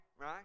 right